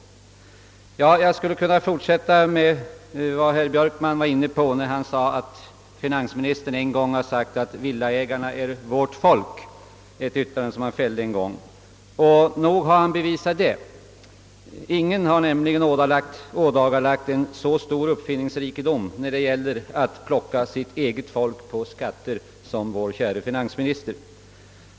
Jag skulle kunna fortsätta herr Björkmans resonemang om att finansministern en gång har sagt att »villaägarna är vårt folk». Nog har han bevisat det, ty ingen har ådagalagt en så stor uppfinningsrikedom då det gäller att plocka sitt eget folk på skatter som vår käre finansminister.